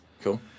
Cool